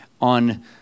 on